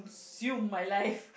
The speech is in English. my life